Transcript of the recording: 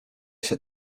się